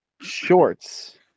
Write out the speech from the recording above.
shorts